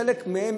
חלק מהן,